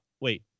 Wait